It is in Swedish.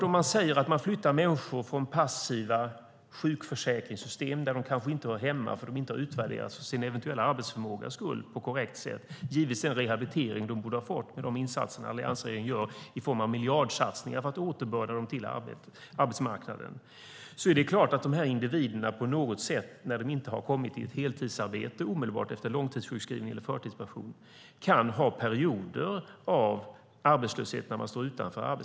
Om man flyttar människor från passiva sjukförsäkringssystem där de kanske inte hör hemma eftersom de inte har utvärderats för sin eventuella arbetsförmåga på ett korrekt sätt och givits den rehabilitering de borde ha fått, är det klart att dessa individer, trots de insatser som alliansregeringen gör i form av miljardsatsningar för att återbörda dem till arbetsmarknaden, kan ha perioder av arbetslöshet eller har inte fått ett heltidsarbete omedelbart efter långtidssjukskrivning eller förtidspension.